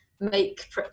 make